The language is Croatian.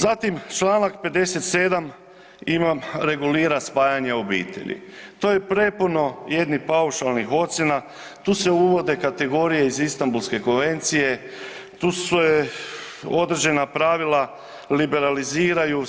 Zatim Članak 57. imam regulira spajanje obitelji, to je prepuno jednih paušalnih ocjena, tu se uvode kategorije iz Istambulske konvencije, tu se određena pravila liberaliziraju,